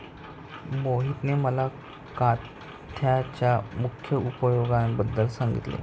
मोहितने मला काथ्याच्या मुख्य उपयोगांबद्दल सांगितले